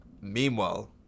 meanwhile